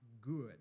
good